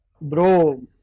Bro